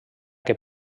que